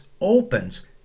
opens